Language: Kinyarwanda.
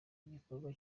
igikorwa